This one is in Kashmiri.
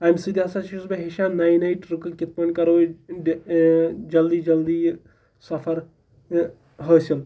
امہِ سۭتۍ ہسا چھُس بہٕ ہیٚچھان نَیہِ نَیہِ ٹرکہٕ کِتھ پٲٹھۍ کَرو أسۍ جلدی جلدی یہِ سفر حٲصِل